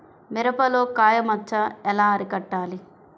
మిరపలో కాయ మచ్చ ఎలా అరికట్టాలి?